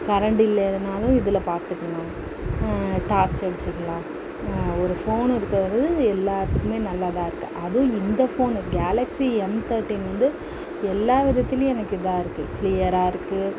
current இல்லைனாலும் இதில் பார்த்துக்கலாம் டார்ச்சு அடிச்சிக்கிலாம் ஒரு ஃபோனு இருக்கிறது வந்து எல்லாத்துக்குமே நல்லதான் இருக்குது அதுவும் இந்த ஃபோனு கேலக்ஸி எம் தேர்டீன் வந்து எல்லா விதத்திலியும் எனக்கு இதாக இருக்குது க்ளியராக இருக்குது